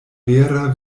vera